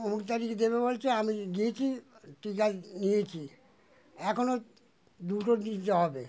ওমুক তারিখ দেবে বলছে আমি গিয়েছি টিকা নিয়েছি এখনো দুটো দিতে হবে